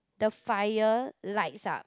the fire lights up